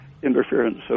Interference